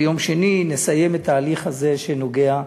ביום שני נסיים את ההליך הזה שנוגע,